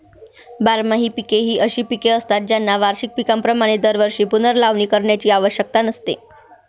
बारमाही पिके ही अशी पिके असतात ज्यांना वार्षिक पिकांप्रमाणे दरवर्षी पुनर्लावणी करण्याची आवश्यकता नसते